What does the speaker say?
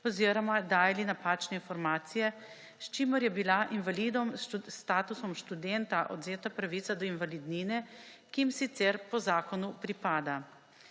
oziroma dajali napačne informacije, s čimer je bila invalidom s statusom študenta odvzeta pravica do invalidnine, ki jim sicer po zakonu pripada.